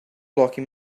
blocking